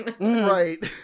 right